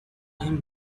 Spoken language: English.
him